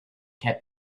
kept